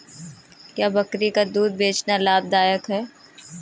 क्या बकरी का दूध बेचना लाभदायक है?